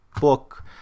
book